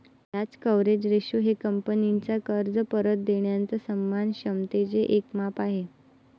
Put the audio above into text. व्याज coverage ratio हे कंपनीचा कर्ज परत देणाऱ्या सन्मान क्षमतेचे एक माप आहे